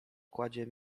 kładzie